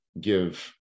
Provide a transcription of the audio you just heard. give